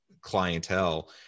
clientele